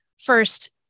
First